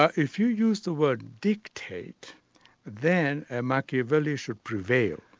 ah if you used the word dictate then a machiavelli should prevail.